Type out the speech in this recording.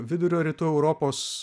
vidurio rytų europos